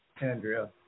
Andrea